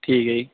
ਠੀਕ ਹੈ ਜੀ